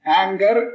anger